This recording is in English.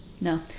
No